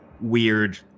weird